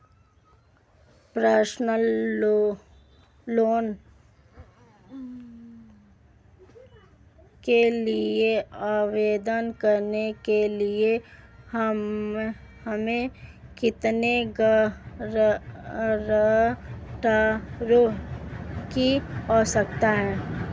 Personal loan के लिए आवेदन करने के लिए हमें कितने गारंटरों की आवश्यकता है?